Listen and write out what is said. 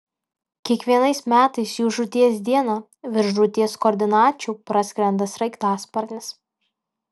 kiekvienais metais jų žūties dieną virš žūties koordinačių praskrenda sraigtasparnis